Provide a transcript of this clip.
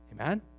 Amen